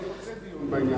לא, אני רוצה דיון בעניין.